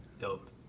dope